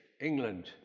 England